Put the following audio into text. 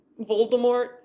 Voldemort